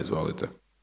Izvolite.